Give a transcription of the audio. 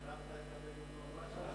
הנפת את הדגל באום-רשרש?